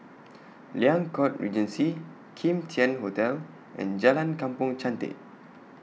Liang Court Regency Kim Tian Hotel and Jalan Kampong Chantek